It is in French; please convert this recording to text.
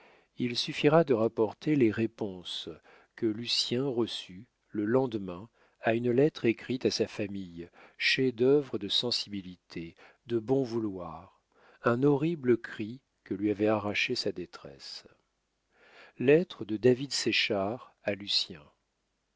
il suffira de rapporter les réponses que lucien reçut le lendemain à une lettre écrite à sa famille chef-d'œuvre de sensibilité de bon vouloir un horrible cri que lui avait arraché sa détresse lettre de david séchard